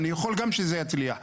אני יכול גם שזה יצליח.